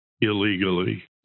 illegally